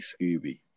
Scooby